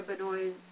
cannabinoids